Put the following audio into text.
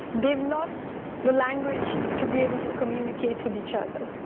we've lost the language to be able to communicate with each other.